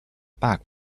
back